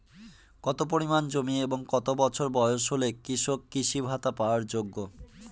কত পরিমাণ জমি এবং কত বছর বয়স হলে কৃষক কৃষি ভাতা পাওয়ার যোগ্য?